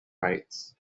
rights